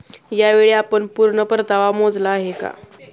यावेळी आपण पूर्ण परतावा मोजला आहे का?